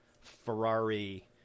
Ferrari